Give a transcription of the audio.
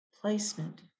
placement